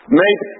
make